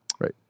right